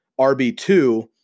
rb2